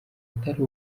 atari